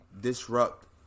Disrupt